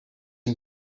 een